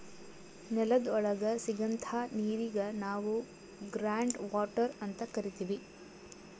ನೆಲದ್ ಒಳಗ್ ಸಿಗಂಥಾ ನೀರಿಗ್ ನಾವ್ ಗ್ರೌಂಡ್ ವಾಟರ್ ಅಂತ್ ಕರಿತೀವ್